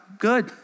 good